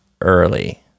early